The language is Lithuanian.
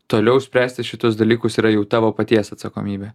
toliau spręsti šituos dalykus yra jau tavo paties atsakomybė